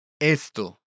Esto